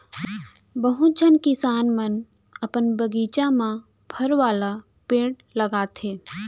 बहुत झन किसान मन अपन बगीचा म फर वाला पेड़ लगाथें